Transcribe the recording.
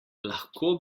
lahko